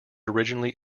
originally